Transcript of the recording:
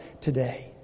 today